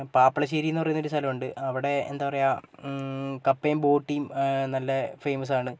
പാപ്പിളശ്ശേരി എന്ന് പറയുന്ന ഒരു സ്ഥലമുണ്ട് അവിടെ എന്താപറയാ കപ്പയും ബോട്ടിയും നല്ല ഫേമസ്സാണ്